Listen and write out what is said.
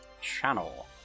channel